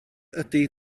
ydy